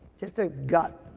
just a gut,